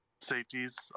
safeties